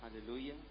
Hallelujah